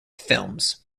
films